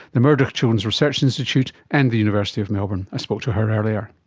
the murdoch children's research institute and the university of melbourne. i spoke to her earlier.